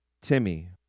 Timmy